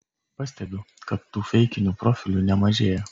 pastebiu kad tų feikinių profilių nemažėja